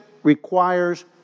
requires